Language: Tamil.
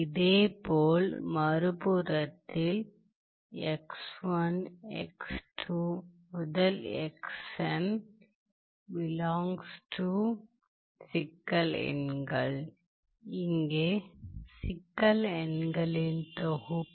இதேபோல் மறுபுறத்தில் இங்கே சிக்கல் எண்களின் தொகுப்பு